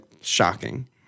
shocking